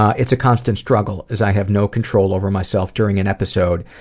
it's a constant struggle, as i have no control over myself during an episode,